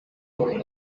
uwe